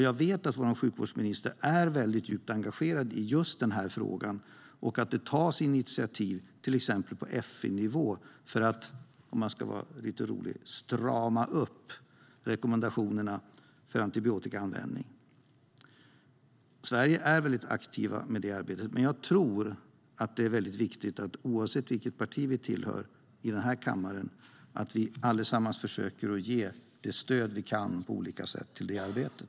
Jag vet att vår sjukvårdsminister är djupt engagerad i frågan och att det tas initiativ till exempel på FN-nivå för att, om man ska vara lite rolig, "strama upp" rekommendationerna för antibiotikaanvändning. Sverige är väldigt aktivt i det arbete. Men jag tror det är viktigt att vi i denna kammare oavsett vilket parti vi tillhör allesammans försöker att ge det stöd vi kan på olika sätt till det arbetet.